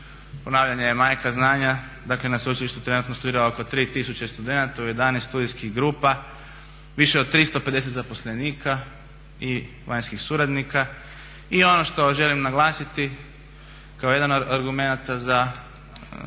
ponavljanje je majka znanja. Dakle na sveučilištu trenutno studira oko 3 tisuće studenata u 11 studijskih grupa, više od 350 zaposlenika i vanjskih suradnika. I ono što želim naglasiti kao jedan od argumenata za